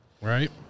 right